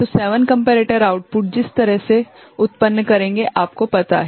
तो 7 comparators output जिस तरह से उत्पन्न करेंगे आपको पता है